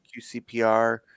QCPR